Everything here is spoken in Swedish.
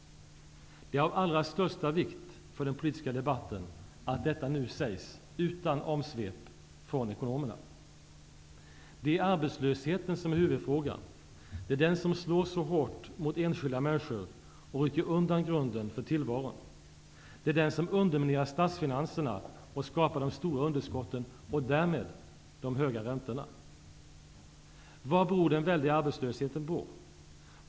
Det är av allra största vikt för den politiska debatten att detta nu sägs utan omsvep från ekonomerna. Det är arbetslösheten som är huvudfrågan. Det är den som slår så hårt mot enskilda människor och rycker undan grunden för tillvaron. Det är den som underminerar statsfinanserna och skapar de stora underskotten och därmed de höga räntorna.